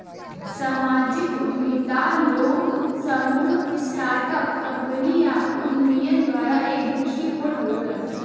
सामाजिक उद्यमिता लोग, समूह, स्टार्ट अप कंपनी या उद्यमियन द्वारा एक दृष्टिकोण हउवे